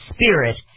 spirit